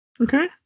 Okay